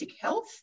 health